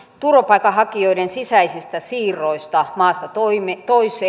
turvapaikanhakijoiden sisäiset siirrot maasta toiseen